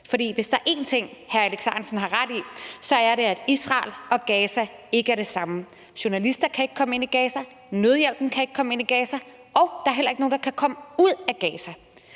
hvis der er én ting, hr. Alex Ahrendtsen har ret i, er det, at Israel og Gaza ikke er det samme. Journalister kan ikke komme ind i Gaza, nødhjælpen kan ikke komme ind i Gaza, og der er heller ikke nogen, der kan komme ud af Gaza.